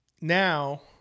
now